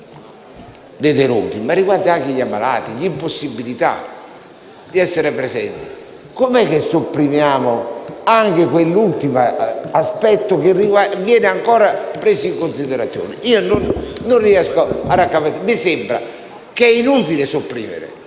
detenuti, ma anche gli ammalati e l'impossibilità di essere presenti, perché sopprimiamo anche l'ultimo aspetto che viene ancora preso in considerazione? Non riesco a raccapezzarmi e mi sembra che sia inutile sopprimere.